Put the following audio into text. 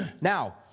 Now